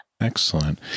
Excellent